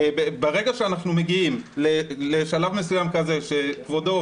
ברגע שאנחנו מגיעים לשלב מסוים כזה שכבודו,